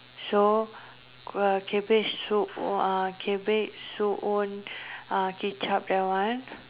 so uh cabbage soup cabbage soup uh ketchup that one